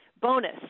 Bonus